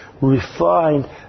refined